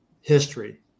history